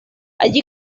allí